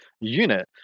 unit